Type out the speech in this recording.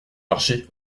marcher